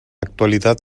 actualidad